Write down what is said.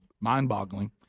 mind-boggling